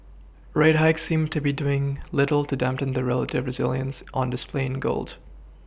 rate hikes seem to be doing little to dampen the relative resilience on display in gold